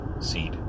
seat